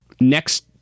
next